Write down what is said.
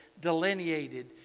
delineated